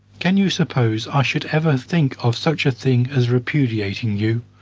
can you suppose i should ever think of such a thing as repudiating you,